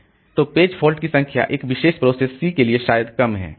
तो page fault की संख्या एक विशेष प्रोसेस c के लिए शायद कम है